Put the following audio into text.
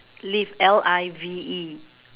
live L I V E